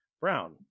brown